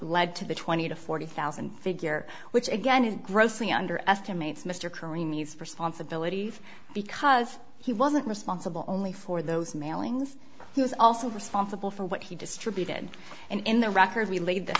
led to the twenty to forty thousand figure which again is grossly underestimates mr karim needs for sponsibility because he wasn't responsible only for those mailings he was also responsible for what he distributed and in the records we laid th